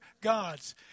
gods